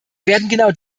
werden